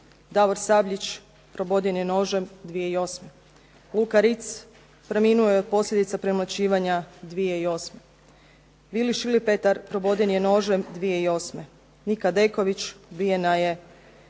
Davor Sabljić proboden je nožem 2008., Luka Ritz preminuo je od posljedica premlaćivanja 2008., Filip Šilipetar proboden je nožem 2008., Nika Deković ubijena je 2008.,